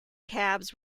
cabs